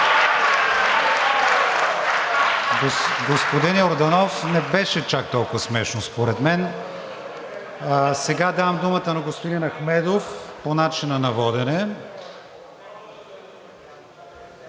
Господин Йорданов, не беше чак толкова смешно според мен. Сега давам думата на господин Ахмедов по начина на водене.